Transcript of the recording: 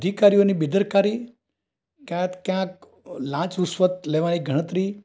અધિકારીઓની બેદરકારી ક્યાંક ક્યાંક લાંચ રુશ્વત લેવાની ગણતરી